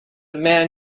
man